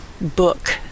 book